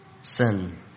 sin